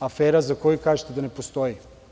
afera za koju kažete da ne postoji.